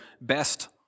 best